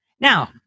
Now